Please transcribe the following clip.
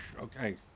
Okay